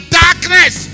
darkness